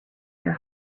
your